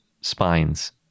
spines